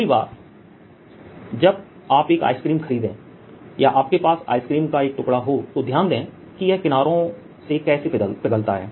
अगली बार जब आप एक आइसक्रीम खरीदें या आपके पास आइसक्रीम का एक टुकड़ा हो तो ध्यान दें कि यह किनारों से कैसे पिघलता है